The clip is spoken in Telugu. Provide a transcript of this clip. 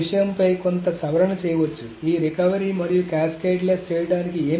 ఈ విషయంపై కొంత సవరణ చేయవచ్చు ఈ రికవరీ మరియు క్యాస్కేడ్లెస్ చేయడానికి